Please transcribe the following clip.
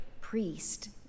priest